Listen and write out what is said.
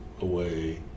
away